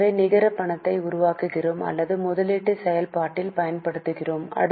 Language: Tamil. எனவே நிகர பணத்தை உருவாக்குகிறோம் அல்லது முதலீட்டு செயல்பாட்டில் பயன்படுத்துகிறோம்